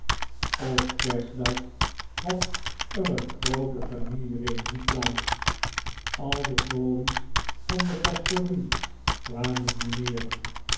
op kerstdag had er een groote familie reiinie plaats al de crawley's van de pastorie kwamen dineeren